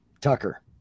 Tucker